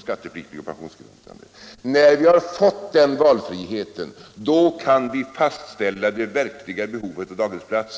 skattepliktig och pensionsgrundande. När vi har fått den val friheten då kan vi fastställa det verkliga behovet av daghemsplatser.